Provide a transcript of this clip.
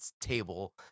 table